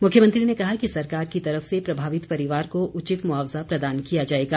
मुख्यमंत्री ने कहा कि सरकार की तरफ से प्रभावित परिवार को उचित मुआवजा प्रदान किया जाएगा